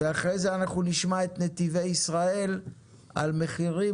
ואחרי זה נשמע את נתיבי ישראל על מחירים